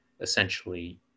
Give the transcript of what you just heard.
essentially